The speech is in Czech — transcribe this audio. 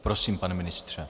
Prosím, pane ministře.